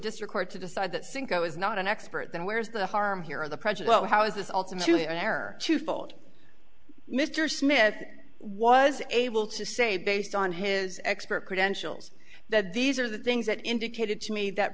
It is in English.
district court to decide that since i was not an expert then where's the harm here in the present well how is this ultimately an error two fold mr smith was able to say based on his expert credentials that these are the things that indicated to me that